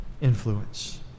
influence